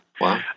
Wow